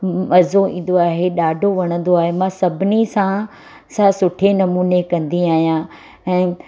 मज़ो ईंदो आहे हे ॾाढो वणंदो आहे मां सभिनी सां सां सुठे नमूने कंदी आहियां ऐं